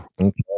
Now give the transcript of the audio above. Okay